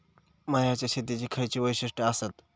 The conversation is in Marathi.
मळ्याच्या शेतीची खयची वैशिष्ठ आसत?